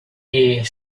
year